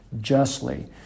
Justly